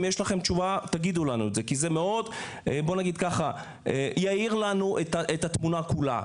אם יש לכם תשובה תגידו לנו אותה כי זה יאיר לנו מאוד את התמונה כולה,